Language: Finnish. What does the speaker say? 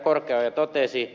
korkeaoja totesi